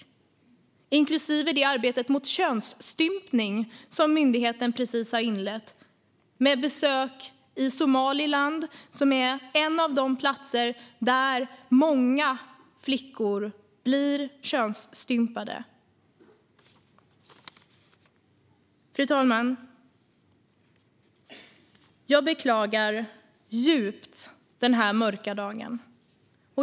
Det inkluderar det arbete mot könsstympning som myndigheten precis har inlett, med besök i Somaliland, som är en av de platser där många flickor blir könsstympade. Fru talman! Jag beklagar djupt den här mörka dagen.